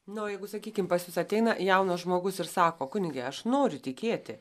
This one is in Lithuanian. nu o jeigu sakykim pas jus ateina jaunas žmogus ir sako kunige aš noriu tikėti